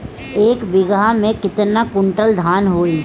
एक बीगहा में केतना कुंटल धान होई?